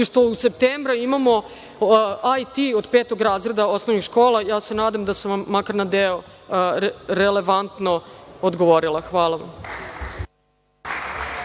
što od septembra imamo IT od petog razreda osnovnih škola. Nadam se da sam vam makar na deo relevantno odgovorila. Hvala vam.